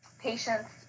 patients